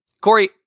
Corey